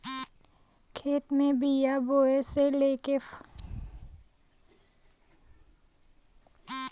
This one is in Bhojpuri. खेत में बिया बोये से लेके फसल क कटाई सभ आवेला